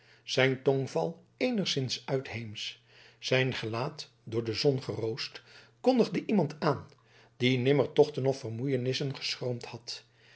zijn tongval eenigszins uitheemsch zijn gelaat door de zon geroost kondigde iemand aan die nimmer tochten of vermoeienissen geschroomd had